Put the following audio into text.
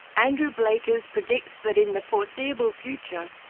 andrew blakers predicts that, in the foreseeable future,